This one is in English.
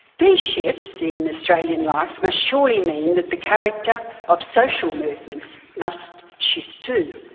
these shifts in australian life must surely mean that the character of social movements must shift too.